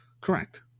Correct